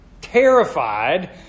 terrified